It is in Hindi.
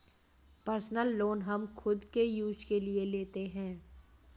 पर्सनल लोन हम खुद के यूज के लिए लेते है